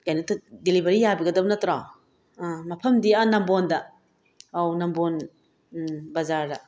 ꯀꯩꯅꯣ ꯗꯦꯂꯤꯕꯔꯤ ꯌꯥꯕꯤꯒꯗꯕ ꯅꯠꯇ꯭ꯔꯣ ꯃꯐꯝꯗꯤ ꯅꯝꯕꯣꯜꯗ ꯑꯧ ꯅꯝꯕꯣꯜ ꯕꯥꯖꯥꯔꯗ